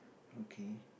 okay